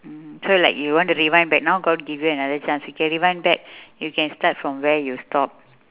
so like you want to rewind back now god give you another chance you can rewind back you can start from where you stop